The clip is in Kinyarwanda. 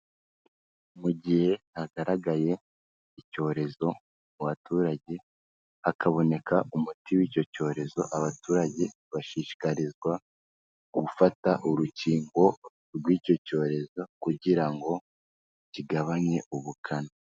Mu gihe hagaragaye icyorezo mu baturage, hakaboneka umuti w'icyo cyorezo, abaturage bashishikarizwa gufata urukingo rw'icyo cyorezo kugira ngo kigabanye ubukana.